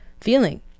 feeling